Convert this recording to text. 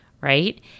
right